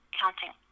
counting